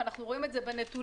ואנחנו רואים את זה בנתונים,